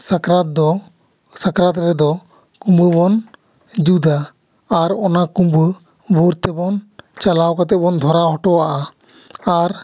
ᱥᱟᱠᱨᱟᱛ ᱫᱚ ᱥᱟᱠᱨᱟᱛ ᱨᱮᱫᱚ ᱠᱩᱵᱟᱹ ᱵᱚᱱ ᱡᱩᱛᱟ ᱟᱨ ᱚᱱᱟ ᱠᱩᱵᱟᱹ ᱵᱷᱳᱨ ᱛᱮᱵᱚᱱ ᱪᱟᱞᱟᱣ ᱠᱟᱛᱮ ᱵᱚᱱ ᱫᱷᱚᱨᱟᱣ ᱦᱚᱴᱚᱭᱟᱜᱼᱟ ᱟᱨ